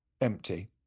empty